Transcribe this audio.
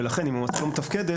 לכן אם המועצה לא מתפקדת,